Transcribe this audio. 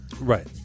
Right